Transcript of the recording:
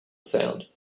sound